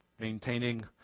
Maintaining